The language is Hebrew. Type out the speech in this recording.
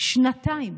שנתיים